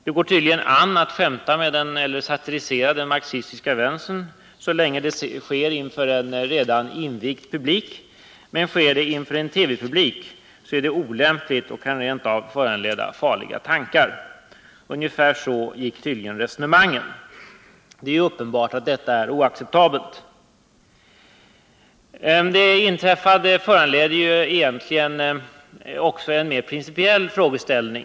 Det går tydligen an att satirisera över den marxistiska vänstern så länge detta sker inför en redan invigd publik. Men sker det inför en TV-publik är det olämpligt och kan rent av föranleda farliga tankar. Ungefär så gick tydligen resonemangen. Det är uppenbart att detta är oacceptabelt. Det inträffade föranleder också en mer principiell reflexion.